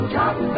top